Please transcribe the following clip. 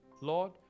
Lord